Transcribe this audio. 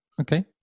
okay